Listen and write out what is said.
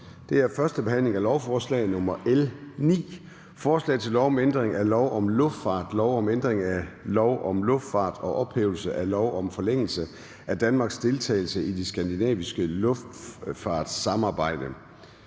er: 2) 1. behandling af lovforslag nr. L 9: Forslag til lov om ændring af lov om luftfart og om ophævelse af lov om forlængelse af Danmarks deltagelse i det skandinaviske luftfartssamarbejde.